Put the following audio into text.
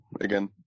Again